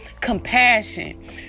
compassion